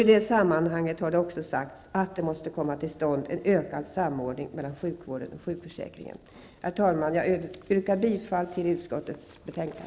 I det sammanhanget har det också sagts att det måste komma till stånd en ökad samordning mellan sjukvården och sjukförsäkringen. Herr talman! Jag yrkar bifall till utskottets hemställan.